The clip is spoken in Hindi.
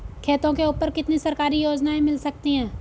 खेतों के ऊपर कितनी सरकारी योजनाएं मिल सकती हैं?